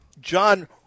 John